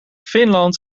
finland